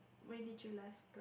when did you last